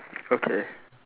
okay